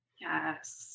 Yes